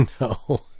No